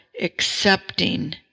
accepting